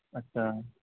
اچھا